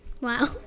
wow